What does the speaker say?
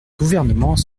gouvernement